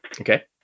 Okay